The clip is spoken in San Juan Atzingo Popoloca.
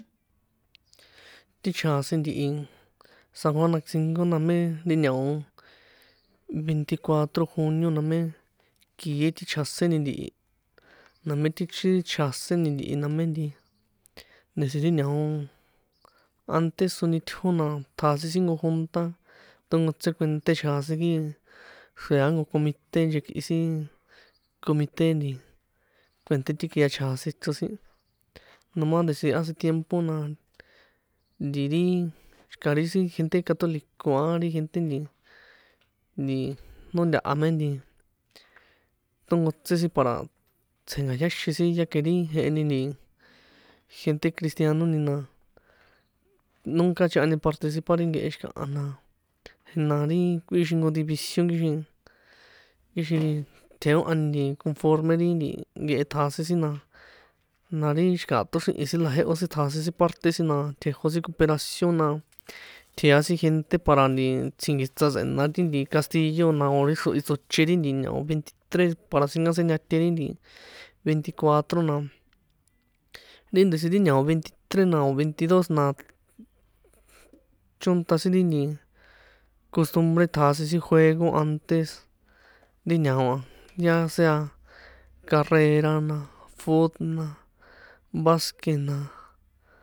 Ti chjasin ntihi san juan atzingo na mé ti ña̱o veinticuatro junio, na mé kie ti chjaséni ntihi, na mé ti sin chjaseni ntihi na me nti, ndesi ri ña̱o ante so nitjó na ṭjasin sin nko junta tonkotsé kuènṭé chjasin kixin xrea nko comité, nchekꞌi sin comité nti kuènṭé ti kia chjasin chro sin, no ma ndesi áse tiempo na nti ri xi̱ka̱ ri sin gente católico a, ri gente nti, nti no ntaha me nti tonkotse sin para tsjenka̱yáxin sin ya ke ri jeheni nti, gente cristiano ni na, nunca chꞌehani participar ri nkehe xi̱kaha na, na ri kꞌuixin nko división kixin, kixin tjeohani nti conforme ri nkehe ṭjasin sin, na ri xikaha ṭoxrihin sin la jehó sin tjasin sin parte sin na tjejó sin coperacion na, tjea sin gente para nti tsjinki̱tsa tsꞌena ti nti castillo, na o̱ ri xrohi tsoche ri nti ña̱o veititre para tsꞌinkaseñate ri nti veinticuatro na, ri ndesi ri ña̱o veintitre na o̱ veintidos na chónṭa sin ri nti costumbre ṭjasin sin juego antes ti ña̱o a, ya sea carrera na, fut na, basque na.